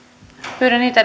pyydän niitä